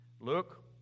Look